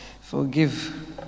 Forgive